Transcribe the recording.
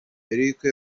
eric